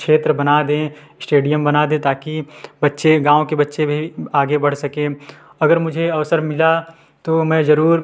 क्षेत्र बना दें इस्टेडियम बना दें ताकी बच्चे गाँव के बच्चे भी आगे बढ़ सकें अगर मुझे अवसर मिला तो मैं जरूर